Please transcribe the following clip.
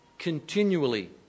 continually